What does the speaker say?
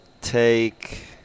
take